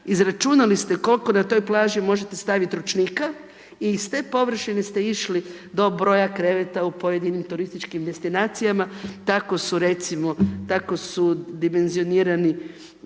izračunali ste koliko na toj plaži možete staviti ručnika i iz te površine ste išli do broja kreveta u pojedinim turističkim destinacijama, tako su recimo, tako su dimenzionirani